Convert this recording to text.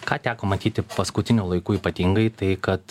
ką teko matyti paskutiniu laiku ypatingai tai kad